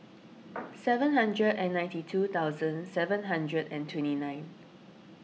seven hundred and ninety two thousand seven hundred and twenty nine